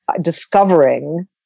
discovering